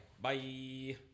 bye